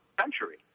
century